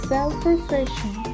Self-reflection